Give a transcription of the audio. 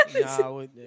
No